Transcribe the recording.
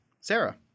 Sarah